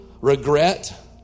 regret